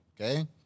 okay